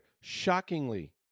shockingly